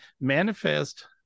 manifest